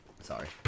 Sorry